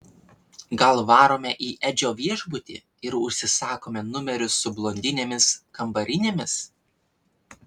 gal varome į edžio viešbutį ir užsisakome numerius su blondinėmis kambarinėmis